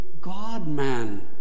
God-man